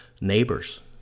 neighbors